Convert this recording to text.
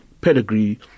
pedigree